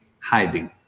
hiding